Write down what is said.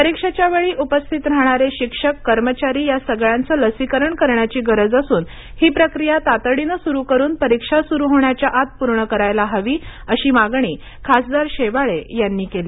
परीक्षेच्या वेळी उपस्थित राहणारे शिक्षक कर्मचारी या सगळ्यांचे लसीकरण करण्याची गरज असून ही प्रक्रिया तातडीने सुरू करून परीक्षा सुरू होण्याच्या आत पूर्ण करायला हवी अशी मागणी खासदार शेवाळे यांनी केली